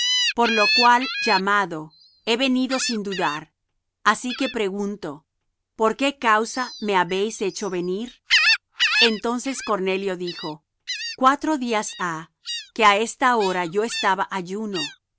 por lo cual llamado he venido sin dudar así que pregunto por qué causa me habéis hecho venir entonces cornelio dijo cuatro días ha que á esta hora yo estaba ayuno